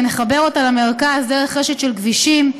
ונחבר אותה למרכז דרך רשת של כבישים,